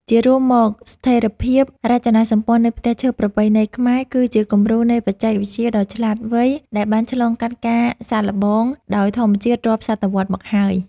ជារួមមក ស្ថិរភាពរចនាសម្ព័ន្ធនៃផ្ទះឈើប្រពៃណីខ្មែរ គឺជាគំរូនៃបច្ចេកវិទ្យាដ៏ឆ្លាតវៃដែលបានឆ្លងកាត់ការសាកល្បងដោយធម្មជាតិរាប់សតវត្សមកហើយ។